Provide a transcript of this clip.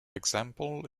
example